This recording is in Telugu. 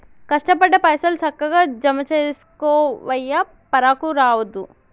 కష్టపడ్డ పైసలు, సక్కగ జమజేసుకోవయ్యా, పరాకు రావద్దు